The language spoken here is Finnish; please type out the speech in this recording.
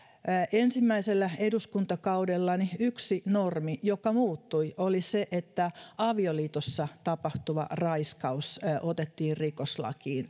ensimmäisellä eduskuntakaudellani yksi normi joka muuttui oli se että avioliitossa tapahtuva raiskaus otettiin rikoslakiin